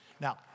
Now